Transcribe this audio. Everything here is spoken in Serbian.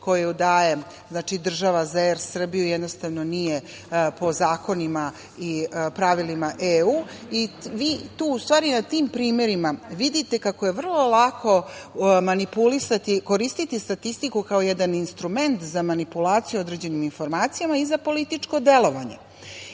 koju daje država za "Er Srbiju" jednostavno nije po zakonima i pravilima EU.Vi tu u stvari na tim primerima vidite kako je vrlo lako manipulisati i koristiti statistiku kao jedan instrument za manipulaciju određenim informacijama i za političko delovanje. Mi